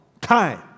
time